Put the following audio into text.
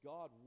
God